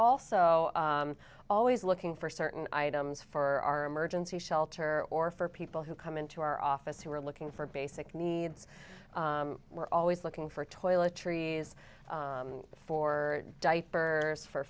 also always looking for certain items for our emergency shelter or for people who come into our office who are looking for basic needs we're always looking for toiletries for diaper for